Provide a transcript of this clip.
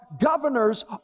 governors